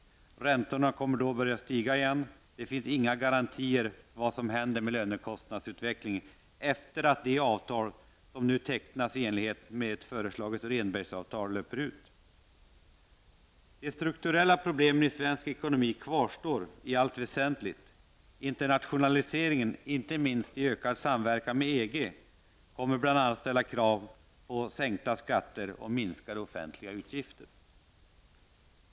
Räntorna kommer då att börja stiga igen, och det finns inga garantier för vad som händer med lönekostnadsutvecklingen efter det att det avtal som nu tecknats i enlighet med De strukturella problemen i svensk ekonomi kvarstår i allt väsentligt. Internationaliseringen -- inte minst den ökade samverkan inom EG -- kommer bl.a. att ställa krav på sänkta skatter och minskade offentliga utgifter.